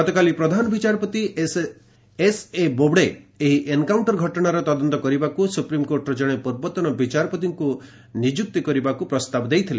ଗତକାଲି ପ୍ରଧାନ ବିଚାରପତି ଏସ୍ଏ ବୋବଡେ ଏହି ଏନ୍କାଉଣ୍ଟର ଘଟଣାର ତଦନ୍ତ କରିବାକୁ ସୁପ୍ରିମ୍କୋର୍ଟର ଜଣେ ପୂର୍ବତନ ବିଚାରପତିଙ୍କୁ ନିଯୁକ୍ତି କରିବାକୁ ପ୍ରସ୍ତାବ ଦେଇଥିଲେ